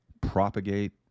propagate